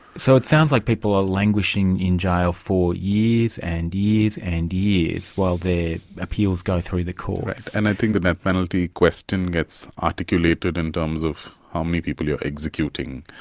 so it sounds like people are languishing in jail for years and years and years while their appeals go through the courts and i think the death penalty question gets articulated in terms of how many people you are executing,